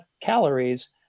calories